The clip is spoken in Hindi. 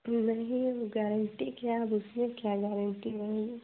नहीं अब गारंटी क्या उसमें क्या गारंटी होगी